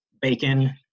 bacon